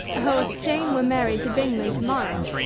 oh, if jane were married to bingley to-morrow,